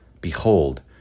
behold